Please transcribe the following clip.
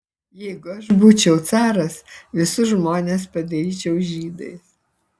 jeigu aš būčiau caras visus žmonės padaryčiau žydais